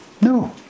no